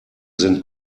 sind